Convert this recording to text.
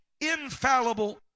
infallible